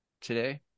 today